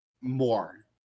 more